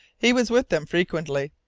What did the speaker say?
he was with them frequently.